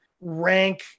rank